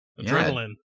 Adrenaline